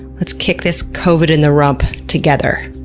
lets kick this covid in the rump together.